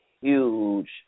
huge